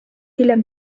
hiljem